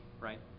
right